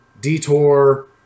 detour